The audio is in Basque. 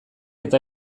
eta